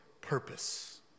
purpose